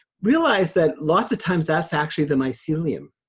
realized that lots of times that's actually the mycelium,